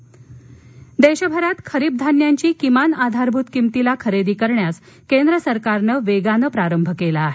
खरीप देशभरात खरीप धान्यांची किमान आधारभूत किमतीला खरेदी करण्यास केंद्र सरकारनं वेगानं प्रारंभ केला आहे